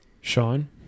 Sean